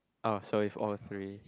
oh so if all three